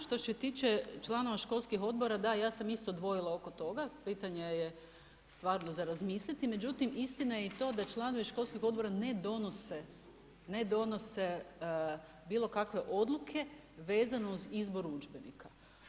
Što se tiče članova školskih odbora, da, ja sam isto dvojila oko toga, pitanje je stvarno za razmisliti, međutim istina je i to da članovi školskih odbora ne donose bilo kakve odluke vezano uz izbor udžbenika.